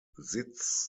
sitz